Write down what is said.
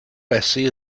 bessie